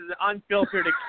unfiltered